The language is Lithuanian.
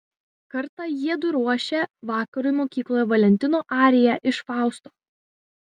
kartą jiedu ruošė vakarui mokykloje valentino ariją iš fausto